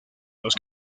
los